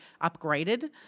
upgraded